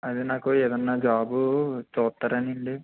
అది నాకు ఏదన్నా జాబ్ చూస్తారా అని అండి